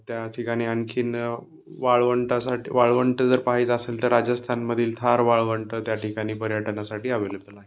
त्या ठिकाणी आणखीन वाळवंटासाठी वाळवंटं जर पाहाचं असेल तर राजस्थानमधील थार वाळवंटं त्या ठिकाणी पर्यटनासाठी अवेलेबल आहे